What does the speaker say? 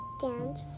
dance